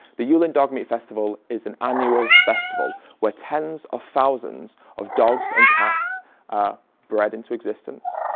the yulin dog meat festival is an annual festival where tens of thousands of dogs and cats are bred into existence,